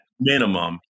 minimum